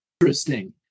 Interesting